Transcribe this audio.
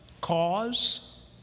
Cause